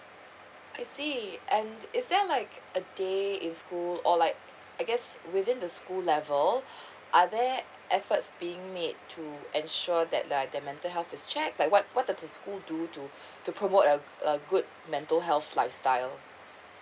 I see and is there like a day in school or like I guess within the school level are there efforts being made to ensure that like the mental health is checked like what what does the school do to to promote a a good mental health lifestyle